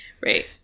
Right